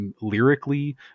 lyrically